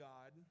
God